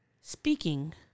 speaking